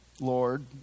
Lord